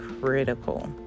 critical